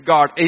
God